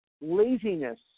laziness